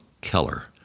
keller